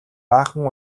баахан